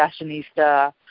fashionista